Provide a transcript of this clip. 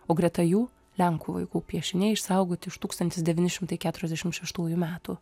o greta jų lenkų vaikų piešiniai išsaugoti iš tūkstantis devyni šimtai keturiasdešim šeštųjų metų